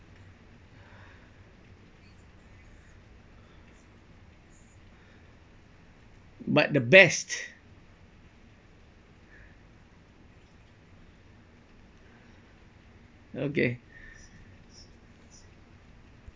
but the best okay